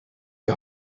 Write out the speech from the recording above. die